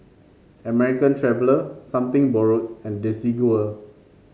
American Traveller Something Borrowed and Desigual